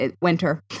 Winter